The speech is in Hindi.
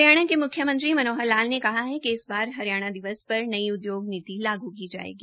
हरियाणा के मुख्यमंत्री मनोहर लाल ने कहा है िकइस बार हरियाणा दिवस पर पर नई उद्योग नीति लागू की जायेगी